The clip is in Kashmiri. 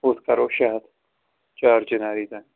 ہُتھ کَرو شےٚ ہَتھ چار جِناری تانۍ